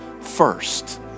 first